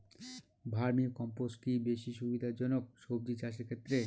Vermi compost কি বেশী সুবিধা জনক সবজি চাষের ক্ষেত্রে?